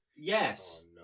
yes